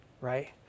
right